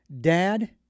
Dad